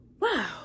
wow